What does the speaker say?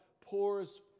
pours